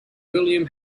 william